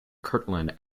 kirtland